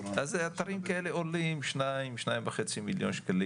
אז אתרים כאלה עולים 2-2.5 מליון שקלים,